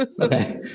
Okay